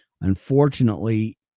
Unfortunately